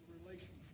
relationship